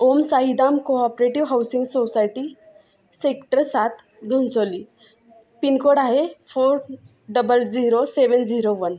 ओम Saidham cooperative housing society sector सात Ghansoli pincode आहे four double zero seven zero one